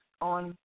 on